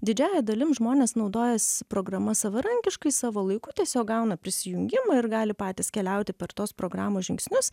didžiąja dalim žmonės naudojas programa savarankiškai savo laiku tiesiog gauna prisijungimą ir gali patys keliauti per tos programos žingsnius